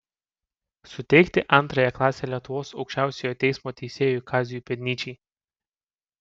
suteikti antrąją klasę lietuvos aukščiausiojo teismo teisėjui kaziui pėdnyčiai